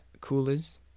coolers